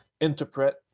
interpret